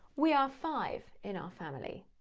we are five in our family.